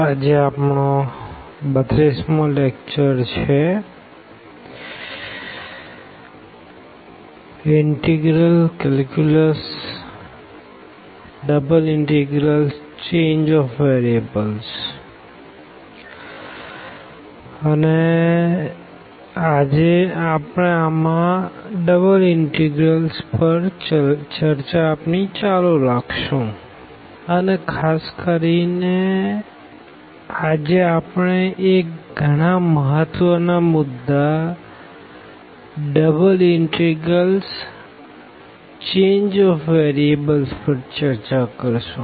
આ આપનો 32 મો લેકચર છે અને આપણે આમાં આપણે ડબલ ઇનટીગ્રલ્સ પર આપણી ચર્ચા ચાલુ રાખીશું અને ખાસ કરી ને આજે આપણે એક ગણા મહત્વના મુદ્દા ડબલ ઇનટીગ્રલ્સચેન્જ ઓફ વેરીએબલ્સ પર ચર્ચા કરીશું